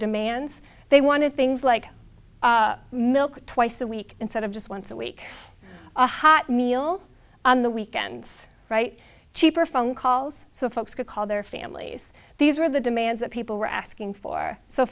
demands they wanted things like milk twice a week instead of just once a week a hot meal on the weekends right cheaper phone calls so folks could call their families these were the demands that people were asking for so